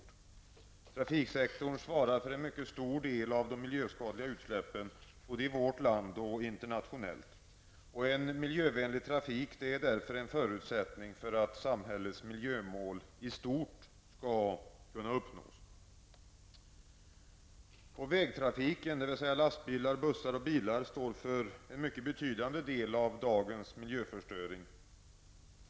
Trafiksektorn svarar för en mycket stor del av de miljöskadliga utsläppen både i vårt land och internationellt. En miljövänlig trafik är därför en förutsättning för att samhällets miljömål i stort skall kunna uppnås. Vägtrafiken -- lastbilar, bussar och bilar -- står för en betydande del av dagens miljöförstöring.